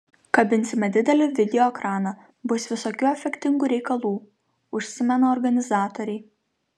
kabinsime didelį video ekraną bus visokių efektingų reikalų užsimena organizatoriai